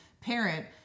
parent